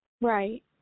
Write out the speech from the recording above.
Right